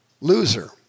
loser